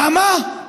למה?